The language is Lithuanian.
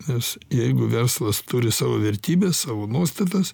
es jeigu verslas turi savo vertybes savo nuostatas